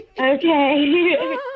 Okay